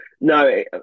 no